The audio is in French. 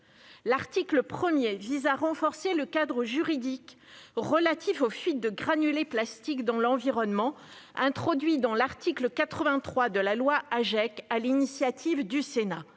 L'article 1 vise à renforcer le cadre juridique relatif aux fuites de granulés de plastique dans l'environnement, introduit dans l'article 83 de loi AGEC sur l'initiative du Sénat.